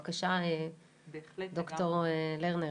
בבקשה ד"ר לרנר.